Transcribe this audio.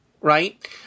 right